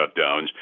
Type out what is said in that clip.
shutdowns